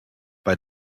bei